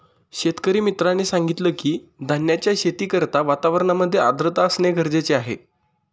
शेतकरी मित्राने सांगितलं की, धान्याच्या शेती करिता वातावरणामध्ये आर्द्रता असणे गरजेचे आहे